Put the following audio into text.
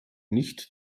nicht